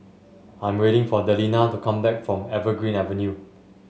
I'm waiting for Delina to come back from Evergreen Avenue